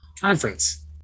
Conference